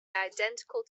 identical